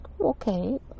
Okay